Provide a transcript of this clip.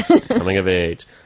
coming-of-age